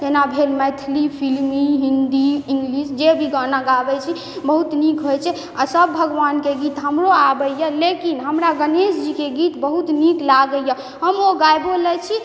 जेना भेल मैथिली फिल्मी हिन्दी इंग्लिश जे भी गाना गाबय छी बहुत नीक होइ छै आओर सब भगवानके गीत हमरो आबइए लेकिन हमरा गणेश जीके गीत बहुत नीक लागइए हम ओ गाबियो लै छी